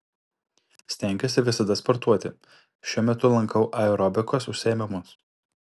stengiuosi visada sportuoti šiuo metu lankau aerobikos užsiėmimus